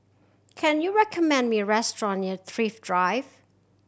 can you recommend me a restaurant near Thrift Drive